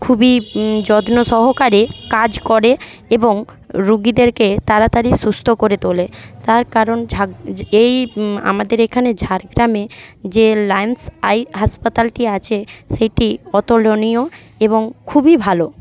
খুবই যত্ন সহকারে কাজ করে এবং রুগীদেরকে তাড়াতাড়ি সুস্থ করে তোলে তার কারণ এই আমাদের এখানে ঝাড়গ্রামে যে লায়েন্স আই হাসপাতালটি আছে সেটি অতুলনীয় এবং খুবই ভালো